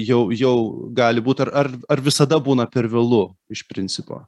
jau jau gali būt ar ar ar visada būna per vėlu iš principo